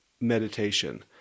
Meditation